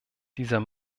dieser